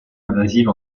invasive